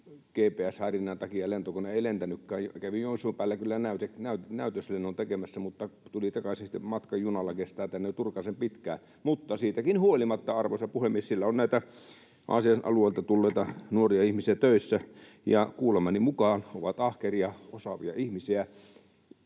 GPS-häirinnän takia lentokone ei lentänyt — kävi Joensuun päällä kyllä näytöslennon tekemässä, mutta tuli sitten takaisin. Matka junalla kestää tänne turkasen pitkään. Mutta siitäkin huolimatta, arvoisa puhemies, siellä on Aasian alueelta tulleita nuoria ihmisiä töissä. Kuulemani mukaan he ovat ahkeria, osaavia ihmisiä,